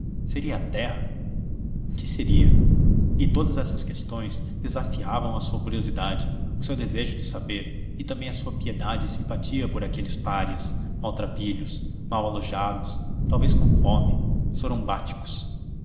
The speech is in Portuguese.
seria a terra que seria e todas essas questões desafiavam a sua curiosidade o seu desejo de saber e também a sua piedade e simpatia por aqueles párias maltrapilhos mal alojados talvez com fome sorumbáticos